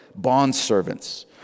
bondservants